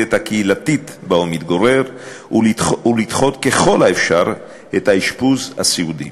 הקהילתית שבה הוא מתגורר ולדחות ככל האפשר את האשפוז הסיעודי.